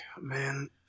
man